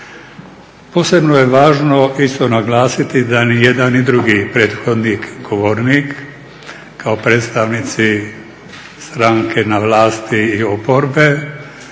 Posebno je važno isto naglasiti da nijedan ni drugi prethodnik govornik kao predstavnici stranke na vlasti i oporbe